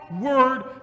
word